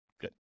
Good